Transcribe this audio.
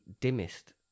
dimmest